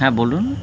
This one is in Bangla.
হ্যাঁ বলুন